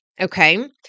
okay